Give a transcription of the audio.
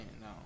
no